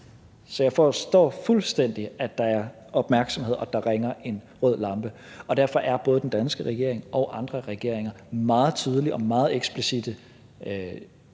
Så jeg forstår fuldstændig, at der er opmærksomhed, og at der ringer en alarmklokke, og derfor var både den danske regering og andre regeringer meget tydelige og meget eksplicitte,